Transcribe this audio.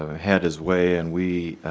ah had his way and we